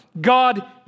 God